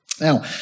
Now